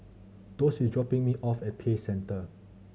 Doss is dropping me off at Peace Centre